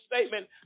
statement